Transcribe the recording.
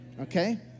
Okay